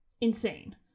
Insane